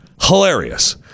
Hilarious